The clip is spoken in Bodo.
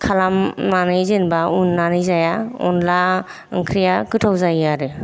खालामनानै जेनेबा उन्नानै जाया अनला ओंख्रिया गोथाव जायो आरो